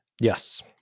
Yes